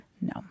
No